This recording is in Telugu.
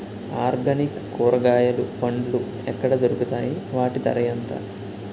ఆర్గనిక్ కూరగాయలు పండ్లు ఎక్కడ దొరుకుతాయి? వాటి ధర ఎంత?